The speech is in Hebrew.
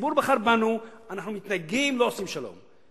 הציבור בחר בנו, אנחנו מתנגדים, לא עושים שלום.